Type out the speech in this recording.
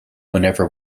whenever